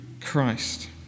Christ